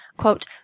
Quote